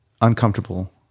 uncomfortable